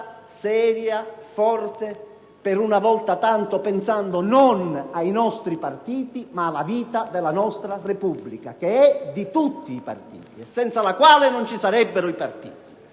seria, forte; per una volta pensando non tanto ai nostri partiti, ma alla vita della nostra Repubblica, che è di tutti i partiti e senza la quale non ci sarebbero i partiti.